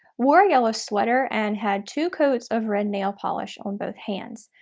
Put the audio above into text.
wore a yellow sweater and had two coats of red nail polish on both hands.